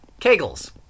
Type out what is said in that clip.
kegels